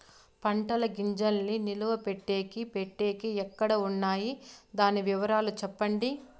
పంటల గింజల్ని నిలువ పెట్టేకి పెట్టేకి ఎక్కడ వున్నాయి? దాని వివరాలు సెప్పండి?